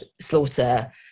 slaughter